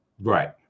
right